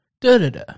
da-da-da